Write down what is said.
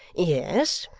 yes,